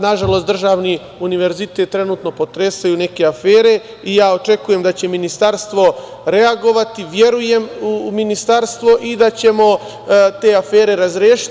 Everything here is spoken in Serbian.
Nažalost, državni univerzitet trenutno potresaju neke afere i ja očekujem da će ministarstvo reagovati, verujem u ministarstvo i očekujem da ćemo te afere razrešiti.